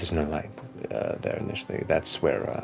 no light there, initially. that's where